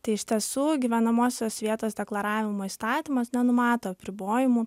tai iš tiesų gyvenamosios vietos deklaravimo įstatymas nenumato apribojimų